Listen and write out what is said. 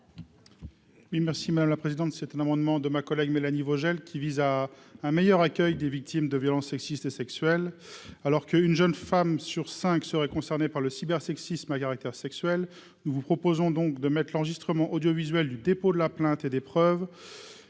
Merci madame la présidente, c'est un amendement de ma collègue Mélanie Vogel, qui vise à un meilleur accueil des victimes de violences sexistes et sexuelles, alors que, une jeune femme sur 5 serait concerné par le cyber sexisme à caractère sexuel, nous vous proposons donc de l'enregistrement audiovisuel du dépôt de la plainte et d'épreuves